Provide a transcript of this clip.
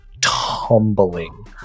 tumbling